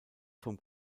vom